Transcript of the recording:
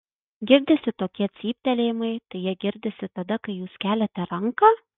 girdisi tokie cyptelėjimai tai jie girdisi tada kai jūs keliate ranką